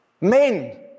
Men